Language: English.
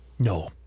No